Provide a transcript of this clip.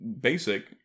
BASIC